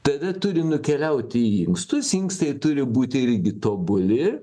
tada turi nukeliauti į inkstus inkstai turi būti irgi tobuli